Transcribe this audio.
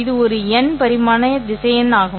இது ஒரு n பரிமாண திசையன் ஆகும்